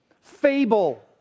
fable